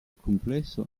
complesso